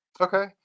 okay